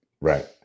Right